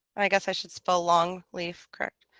i guess i should spell long leaf, correctly